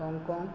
Hong Kong